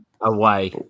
Away